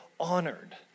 Honored